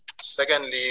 Secondly